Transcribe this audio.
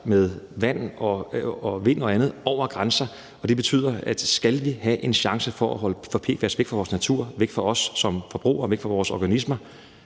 med vand og vind og andet over grænser. Det betyder, at skal vi have en chance for at få PFAS væk fra vores natur, væk fra os som forbrugere og væk fra vores organismer,